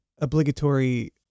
obligatory